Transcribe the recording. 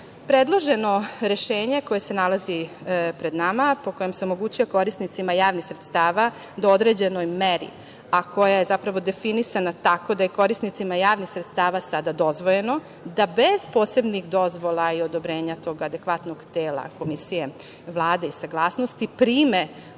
rešenje koje se nalazi pred nama po kojem se omogućuje korisnicima javnih sredstava da u određenoj meri, a koja je zapravo definisana tako da je korisnicima javnih sredstava sada dozvoljeno da bez posebnih dozvola i odobrenja tog adekvatnog tela komisije, Vlade i saglasnosti prime u radni